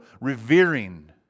revering